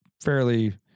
fairly